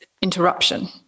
interruption